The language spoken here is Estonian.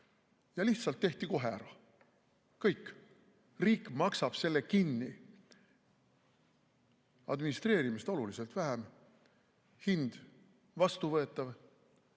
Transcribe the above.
Lihtsalt tehti kohe ära. Kõik. Riik maksab selle kinni. Administreerimist oluliselt vähem, hind vastuvõetav,